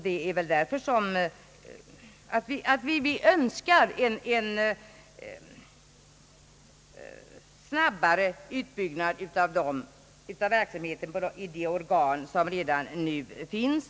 Det är därför vi önskar en snabbare utbyggnad av verksamheten i de organ som redan nu finns.